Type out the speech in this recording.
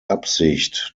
absicht